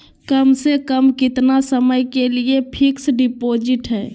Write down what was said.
कम से कम कितना समय के लिए फिक्स डिपोजिट है?